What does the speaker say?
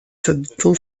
habitants